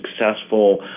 successful